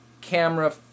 camera